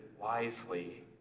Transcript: wisely